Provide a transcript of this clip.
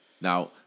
Now